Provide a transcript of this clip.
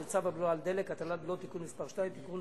וצו הבלו על דלק (הטלת בלו) (תיקון מס' 2) (תיקון),